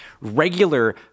regular